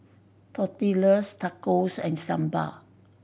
Tortillas Tacos and Sambar